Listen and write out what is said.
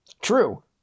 True